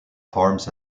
farms